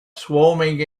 swarming